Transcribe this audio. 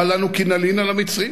מה לנו כי נלין על המצרים?